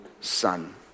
Son